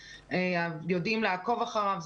יודעים לעקוב אחריו.